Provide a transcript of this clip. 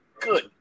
good